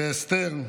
ואסתר,